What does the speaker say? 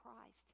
Christ